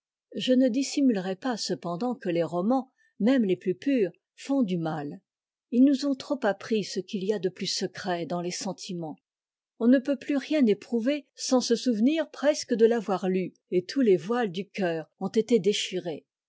je ne dissimulerai pas cependant que les romans même les plus purs font du mal ils nous ont trop appris ce qu'il y a de plus secret dans les sentiments on ne peut plus rien éprouver sans se souvenir presque de l'avoir lu et tous les voiles du cceur ont été déchirés